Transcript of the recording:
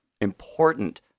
important